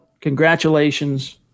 Congratulations